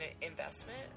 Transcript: investment